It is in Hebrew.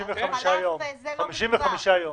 זה חלף לא מכבר.